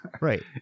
right